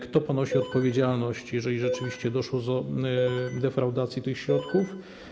Kto ponosi odpowiedzialność, jeżeli rzeczywiście doszło do defraudacji tych środków?